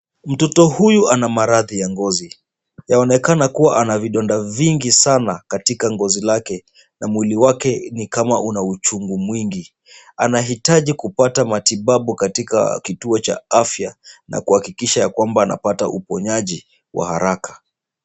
Mtoto huyu ana maradhi ya ngozi. Yaonekana kuwa ana vidonda vingi sana katika ngozi lake na mwili wake ni kama una uchungu mwingi. Anahitaji kupata matibabu katika kituo cha afya na kuhakikisha ya kwamba anapata uponyaji wa haraka.